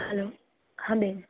hello હા બેન